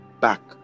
back